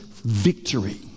Victory